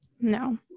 No